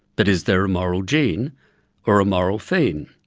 but is there a moral gene or a moral phene?